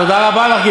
תודה רבה לך,